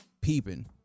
peeping